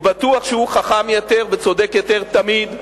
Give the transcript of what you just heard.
והוא בטוח שהוא חכם יותר וצודק יותר תמיד,